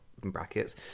brackets